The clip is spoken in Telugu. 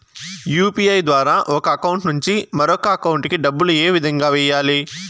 యు.పి.ఐ ద్వారా ఒక అకౌంట్ నుంచి మరొక అకౌంట్ కి డబ్బులు ఏ విధంగా వెయ్యాలి